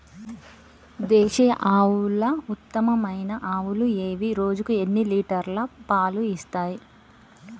దేశీయ ఆవుల ఉత్తమమైన ఆవులు ఏవి? రోజుకు ఎన్ని లీటర్ల పాలు ఇస్తాయి?